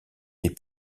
des